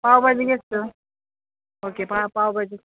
ಪಾವ್ ಬಾಜಿಗೆ ಎಷ್ಟು ಓಕೆ ಪಾವ್ ಬಾಜಿ